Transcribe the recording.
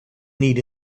need